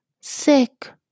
sick